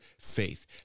faith